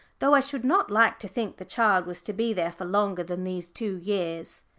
though i should not like to think the child was to be there for longer than these two years.